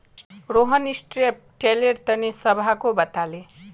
Rohan strip टिलेर तने सबहाको बताले